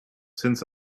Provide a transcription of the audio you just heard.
since